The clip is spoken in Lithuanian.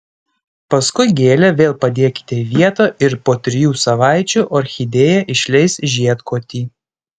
paskui gėlę vėl padėkite į vietą ir po trijų savaičių orchidėja išleis žiedkotį